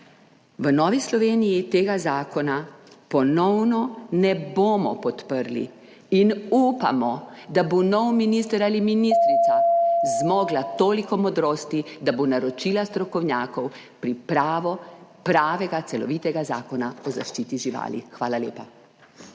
v Novi Sloveniji tega zakona ponovno ne bomo podprli in upamo, da bo nov minister ali ministrica zmogla toliko modrosti, da bo naročila strokovnjakom pripravo pravega, celovitega zakona o zaščiti živali. Hvala lepa.